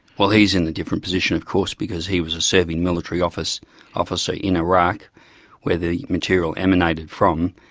well he's in a different position of course because he was a serving military officer officer in iraq where the material emanated from,